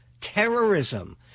terrorism